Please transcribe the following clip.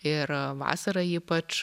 ir vasarą ypač